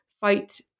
fight